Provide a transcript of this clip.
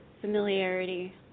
familiarity